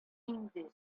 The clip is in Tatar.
инде